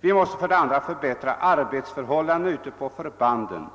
Vi måste för det andra förbättra arbetsförhållandena ute på förbanden